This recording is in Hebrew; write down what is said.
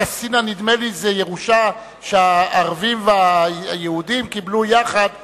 נדמה לי ש"קסטינה" זה ירושה שהערבים והיהודים קיבלו יחד מהבריטים.